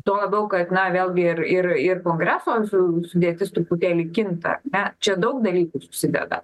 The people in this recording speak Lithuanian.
tuo labiau kad na vėlgi ir ir ir kongreso su sudėtis truputėlį kinta ar ne čia daug dalykų susideda